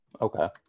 Okay